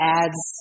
adds